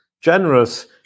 generous